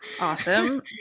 Awesome